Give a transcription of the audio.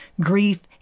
grief